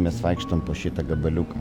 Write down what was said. mes vaikštom po šitą gabaliuką